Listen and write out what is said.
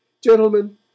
Gentlemen